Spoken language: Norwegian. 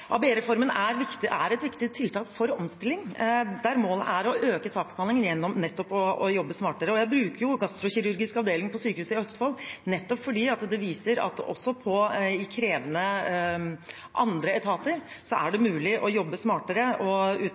er et viktig tiltak for omstilling, der målet er å øke tempoet på saksbehandlingen gjennom nettopp å jobbe smartere. Jeg bruker gastrokirurgisk avdeling på Sykehuset Østfold fordi de viser at det også i andre, krevende etater er mulig å jobbe smartere uten